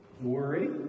Worry